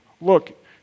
look